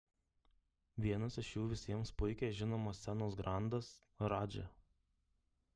vienas iš jų visiems puikiai žinomas scenos grandas radži